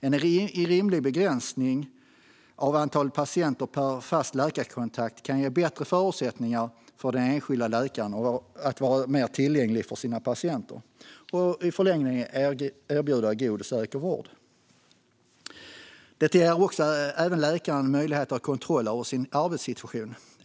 En rimlig begränsning av antalet patienter per fast läkarkontakt kan ge bättre förutsättningar för den enskilda läkaren att vara mer tillgänglig för sina patienter och i förlängningen erbjuda god och säker vård. Det ger även läkaren möjlighet att ha kontroll över sin arbetssituation.